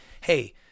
hey